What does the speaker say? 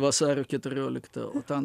vasario keturiolikta o ten